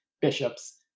bishops